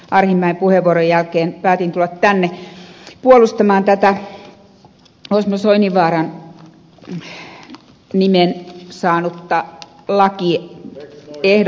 arhinmäen puheenvuoron jälkeen päätin tulla tänne puolustamaan tätä osmo soininvaaran nimen saanutta lakiehdotusta